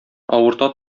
авырта